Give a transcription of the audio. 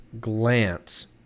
glance